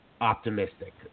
optimistic